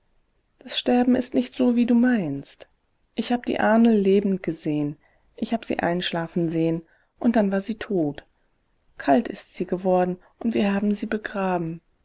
das sterben ist nicht so wie du meinst ich hab die ahnl lebend gesehen ich hab sie einschlafen sehen und dann war sie tot kalt ist sie geworden und wir haben sie begraben